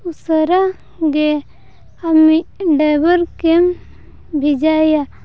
ᱩᱥᱟᱹᱨᱟᱜᱮ ᱟᱢᱤᱡ ᱰᱟᱭᱵᱷᱟᱨ ᱠᱮᱢ ᱵᱷᱮᱡᱟᱭ ᱭᱟ